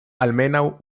almenaŭ